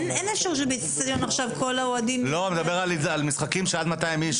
אני מדבר על משחקים של נוער עד 200 איש.